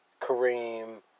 Kareem